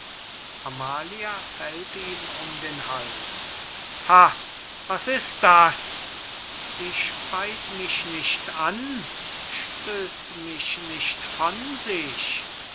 ha was ist das sie speyt mich nicht an stößt mich nicht von sich